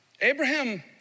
Abraham